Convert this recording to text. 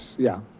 yeah.